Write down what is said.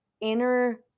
inner